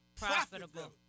Profitable